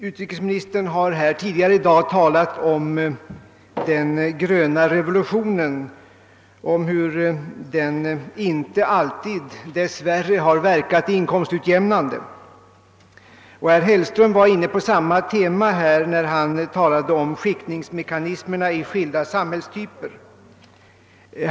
Utrikesministern har tidigare i dag talat om hur den gröna revolutionen dessvärre inte alltid har verkat inkomstutjämnande. Herr Hellström var inne på samma tema när han talade om skiktningsmekanismen i skilda samhällstyper.